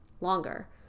longer